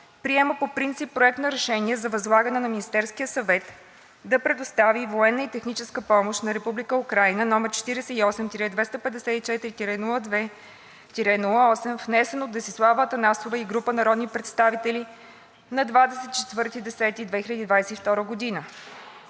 приема по принцип Проект на решение за възлагане на Министерския съвет да предостави военна и техническа помощ на Република Украйна № 48-254-02-8, внесен от Десислава Атанасова и група народни представители на 24 октомври 2022 г.